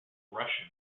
russian